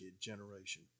generation